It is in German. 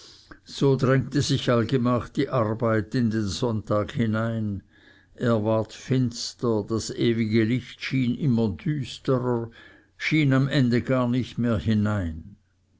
so drängte sich allgemach die arbeit in den sonntag hinein er ward finster das ewige licht schien immer düsterer schien am ende gar nicht mehr hinein